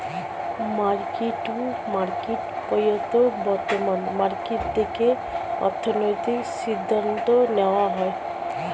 market to market প্রক্রিয়াতে বর্তমান market দেখে অর্থনৈতিক সিদ্ধান্ত নেওয়া হয়